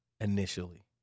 initially